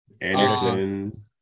Anderson